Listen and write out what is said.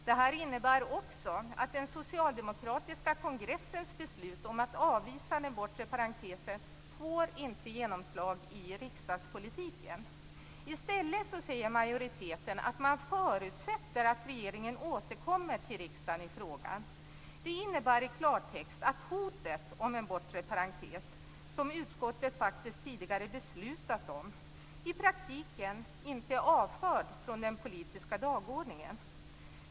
Detta innebär också att den socialdemokratiska kongressens beslut om att avvisa den bortre parentesen inte får genomslag i riksdagspolitiken. I stället säger majoriteten att man förutsätter att regeringen återkommer till riksdagen i frågan. Det innebär i klartext att hotet om en bortre parentes, som utskottet faktiskt tidigare beslutat om, i praktiken inte är avförd från den politiska dagordningen.